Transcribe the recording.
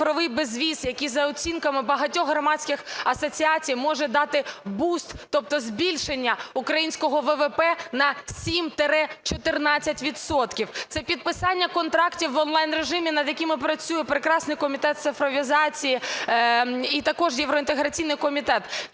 цифровий безвіз, який за оцінками багатьох громадських асоціацій може дати буст, тобто збільшення українського ВВП на 7-14 відсотків, це підписання контрактів в онлайн-режимі, над якими працює прекрасний Комітет цифровізації і також євроінтеграційний комітет.